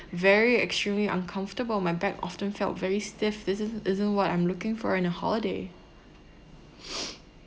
very extremely uncomfortable my back often felt very stiff this isn't isn't what I'm looking for in a holiday